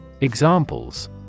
Examples